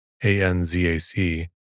ANZAC